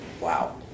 Wow